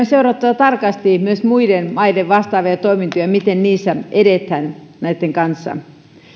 seurattava tarkasti myös muiden maiden vastaavia toimintoja miten niissä edetään näitten kanssa